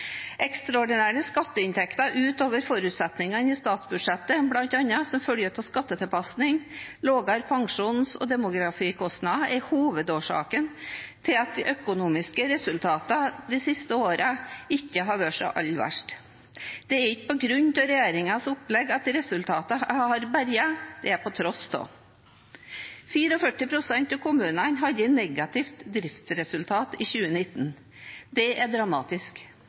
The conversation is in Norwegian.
Ekstraordinære skatteinntekter utover forutsetningene i statsbudsjettene, bl.a. som følge av skattetilpasninger og lavere pensjons- og demografikostnader, er hovedårsaken til at de økonomiske resultatene ikke har vært så aller verst de siste årene. Det er ikke på grunn av regjeringens opplegg at resultatene i sektoren er berget, det er på tross av. 44 pst. av kommunene hadde et negativt driftsresultat i 2019. Det er dramatisk.